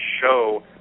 show